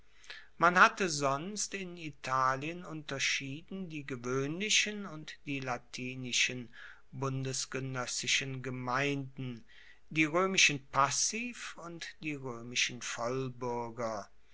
man hatte sonst in italien unterschieden die gewoehnlichen und die latinischen bundesgenoessischen gemeinden die roemischen passiv und die roemischen